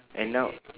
and now